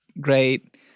great